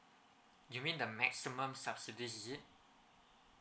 you mean the maximum subsidies